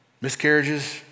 miscarriages